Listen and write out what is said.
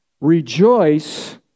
rejoice